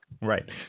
Right